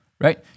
right